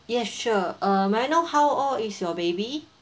yes sure um may I know how old is your baby